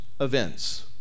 events